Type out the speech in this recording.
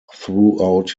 throughout